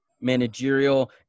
managerial